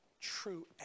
true